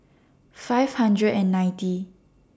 five hundred and ninety